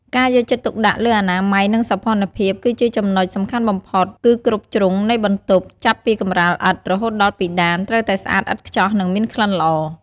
ការយកចិត្តទុកដាក់លើអនាម័យ និងសោភ័ណភាពគឺជាចំណុចសំខាន់បំផុត គឺគ្រប់ជ្រុងនៃបន្ទប់ ចាប់ពីកម្រាលឥដ្ឋ រហូតដល់ពិដាន ត្រូវតែស្អាតឥតខ្ចោះ និងមានក្លិនល្អ។